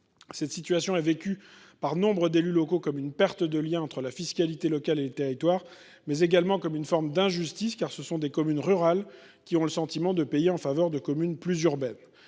Cette situation est vécue par nombre d’élus locaux comme une perte de lien entre la fiscalité locale et le territoire, mais également comme une forme d’injustice, car ce sont des communes rurales, qui ont le sentiment de payer en faveur des communes urbaines.